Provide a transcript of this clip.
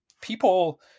people